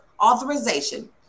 authorization